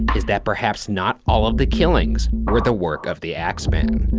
is that perhaps not all of the killings were the work of the axeman.